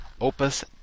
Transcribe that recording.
Opus